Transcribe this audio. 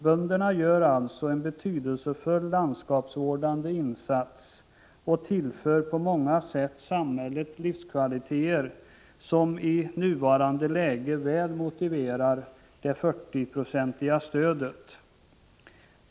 Bönderna gör alltså en betydelsefull landskapsvårdande insats och tillför på många sätt samhället livskvaliteter som i nuvarande läge väl motiverar det 40-procentiga stödet.